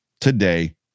today